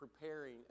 preparing